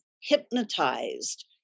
hypnotized